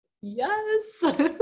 yes